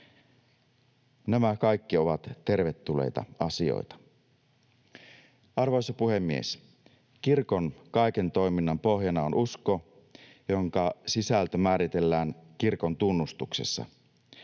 nämä kaikki ovat tervetulleita asioita. Arvoisa puhemies! Kirkon kaiken toiminnan pohjana on usko, jonka sisältö määritellään kirkon tunnustuksessa.